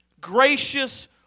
gracious